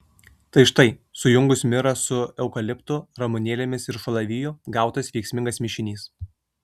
tai štai sujungus mirą su eukaliptu ramunėlėmis ir šalaviju gautas veiksmingas mišinys